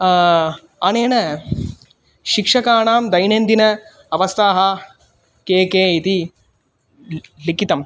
अनेन शिक्षकाणां दैनन्दिन अवस्थाः के के इति लिखितम्